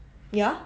ya